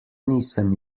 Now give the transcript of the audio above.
nisem